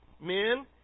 men